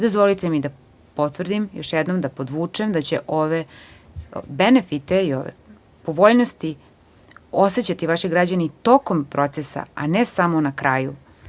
Dozvolite mi da potvrdim, još jednom da podvučem da će ove benefite i povoljnost osećati vaši građani tokom procesa, a ne samo na kraju.